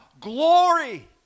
glory